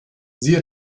siehe